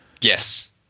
Yes